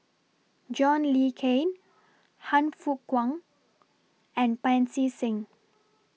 John Le Cain Han Fook Kwang and Pancy Seng